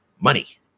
money